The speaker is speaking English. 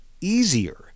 easier